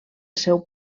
seu